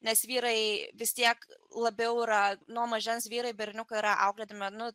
nes vyrai vis tiek labiau yra nuo mažens vyrai berniukai yra auklėti